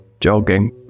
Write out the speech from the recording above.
jogging